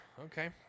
Okay